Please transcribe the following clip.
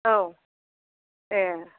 औ ए